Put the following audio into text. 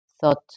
thought